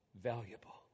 valuable